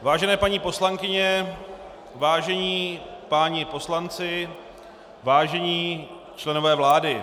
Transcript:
Vážené paní poslankyně, vážení páni poslanci, vážení členové vlády.